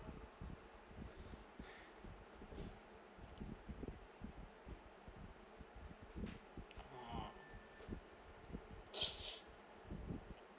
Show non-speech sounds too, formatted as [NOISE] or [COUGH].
ah [BREATH]